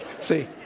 see